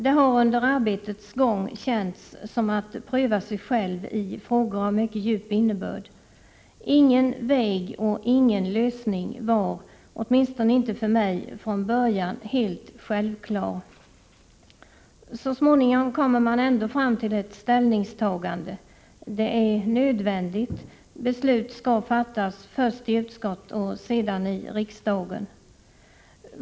Det har under arbetets gång känts som att pröva sig själv i frågor av mycket djup innebörd. Ingen väg och ingen lösning var — åtminstone inte för mig — från början helt självklar. Så småningom kommer man ändå fram till ett ställningstagande. Det är nödvändigt; beslut skall fattas, först i utskott och sedan i riksdagen.